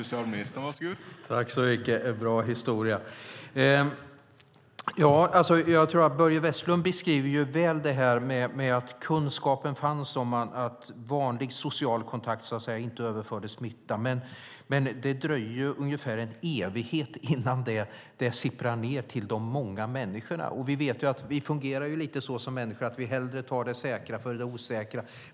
Herr talman! Det var en bra historia. Börje Vestlund beskriver väl att kunskapen fanns om att vanlig social kontakt inte överförde smitta, men det dröjde ungefär en evighet innan det sipprade ned till de många människorna. Vi vet ju att vi fungerar lite så som människor att vi hellre tar det säkra före det osäkra.